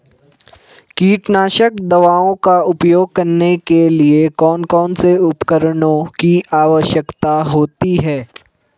कीटनाशक दवाओं का उपयोग करने के लिए कौन कौन से उपकरणों की आवश्यकता होती है?